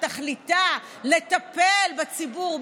שתכליתה לטפל בציבור,